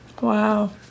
Wow